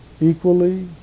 equally